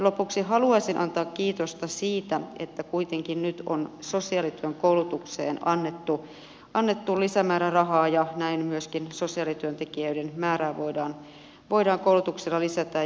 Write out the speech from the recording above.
lopuksi haluaisin antaa kiitosta siitä että kuitenkin nyt on sosiaalityön koulutukseen annettu lisämäärärahaa ja näin myöskin sosiaalityöntekijöiden määrää voidaan koulutuksella lisätä